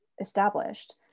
established